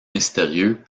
mystérieux